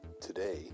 today